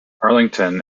arlington